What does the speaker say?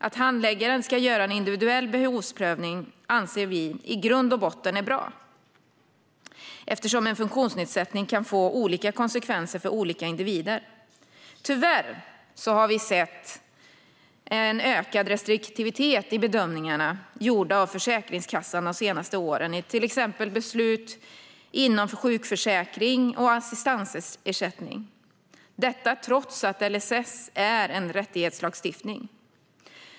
Att handläggaren ska göra en individuell behovsprövning anser vi i grund och botten är bra, eftersom en funktionsnedsättning kan få olika konsekvenser för olika individer. Tyvärr har vi sett en ökad restriktivitet i bedömningarna gjorda av Försäkringskassan de senaste åren i till exempel beslut inom sjukförsäkring och assistansersättning, detta trots att LSS är en rättighetslagstiftning.